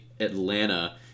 Atlanta